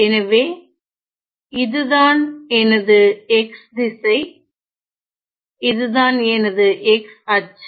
எனவே இதுதான் எனது x திசை இதுதான் எனது x அச்சு